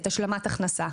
השלמת הכנסה.